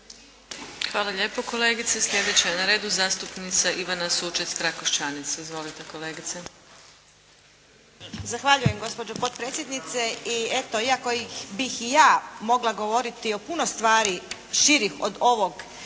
Hvala lijepo kolegice. Sljedeća je na redu zastupnica Ivana Sučec Trakošćanec. Izvolite kolegice. **Sučec-Trakoštanec, Ivana (HDZ)** Zahvaljujem gospođo potpredsjednice. I eto iako bih i ja mogla govoriti o puno stvari širih od ovih